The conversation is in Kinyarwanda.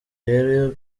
rero